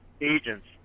agents